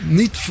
niet